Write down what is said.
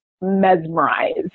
mesmerized